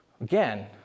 Again